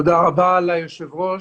תודה רבה ליושב-ראש.